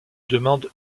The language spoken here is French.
demande